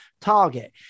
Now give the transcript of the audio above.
target